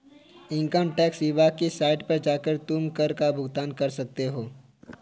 income tax विभाग की site पर जाकर तुम कर का भुगतान कर सकते हो